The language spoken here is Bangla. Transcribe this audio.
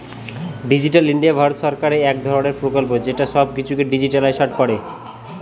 ডিজিটাল ইন্ডিয়া ভারত সরকারের এক ধরনের প্রকল্প যেটা সব কিছুকে ডিজিট্যালাইসড করে